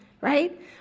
right